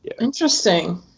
Interesting